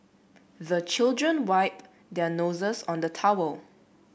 the children wipe their noses on the towel